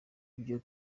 ibyo